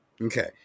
Okay